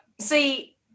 see